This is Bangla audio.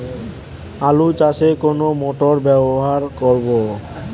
আলু চাষে কোন মোটর ব্যবহার করব?